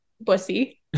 Bussy